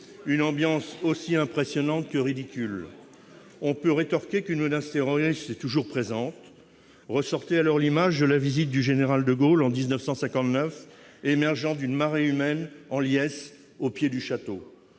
Une ambiance aussi impressionnante que ridicule ... Ô combien ! On peut rétorquer qu'une menace terroriste est toujours présente. Ressort alors l'image de la visite du général de Gaulle, en 1959, émergeant d'une marée humaine en liesse, au pied du château.